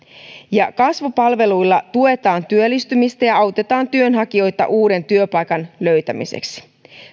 kasvupalveluilla tuetaan työllistymistä ja autetaan työnhakijoita uuden työpaikan löytämisessä